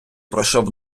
пройшов